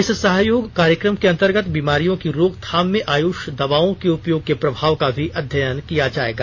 इस सहयोग कार्यक्रम के अंतर्गत बीमारियों की रोकथाम में आयुष दवाओं के उपयोग के प्रभाव का भी अध्ययन किया जाएगा